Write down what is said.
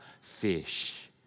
fish